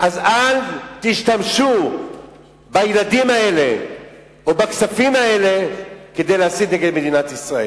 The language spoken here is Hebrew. אז אל תשתמשו בילדים האלה או בכספים האלה כדי להסית נגד מדינת ישראל,